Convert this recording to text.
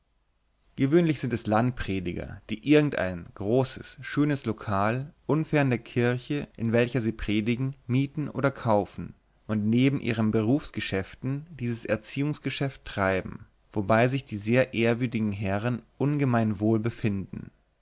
gewöhnlich sind es landprediger die irgend ein großes schönes lokal unfern der kirche in welcher sie predigen mieten oder kaufen und neben ihren berufsgeschäften dieses erziehungsgeschäft treiben wobei sich die sehr ehrwürdigen herren ungemein wohl befinden